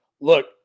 Look